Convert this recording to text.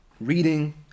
reading